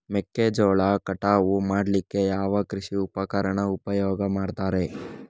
ಮೆಕ್ಕೆಜೋಳ ಕಟಾವು ಮಾಡ್ಲಿಕ್ಕೆ ಯಾವ ಕೃಷಿ ಉಪಕರಣ ಉಪಯೋಗ ಮಾಡ್ತಾರೆ?